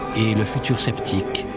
the future skeptic.